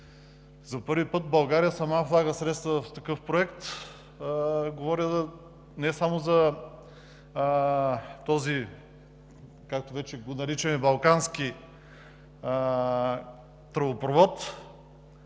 За първи път България сама влага средства в такъв проект. Говоря не само за този, както вече го наричаме балкански тръбопровод,